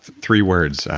three words,